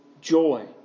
joy